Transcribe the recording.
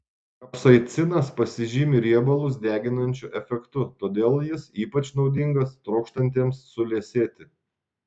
kapsaicinas pasižymi riebalus deginančiu efektu todėl jis ypač naudingas trokštantiems suliesėti